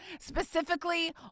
specifically